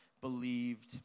believed